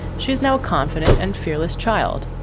she is now confident and fearless child.